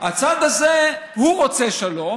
הצד הזה הוא רוצה שלום,